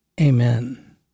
Amen